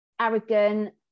arrogant